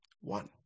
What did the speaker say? One